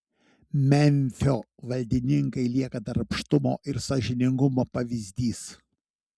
memfio valdininkai lieka darbštumo ir sąžiningumo pavyzdys